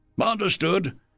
Understood